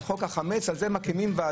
על חוק החמץ על זה מקימים ועדה?